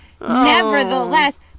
nevertheless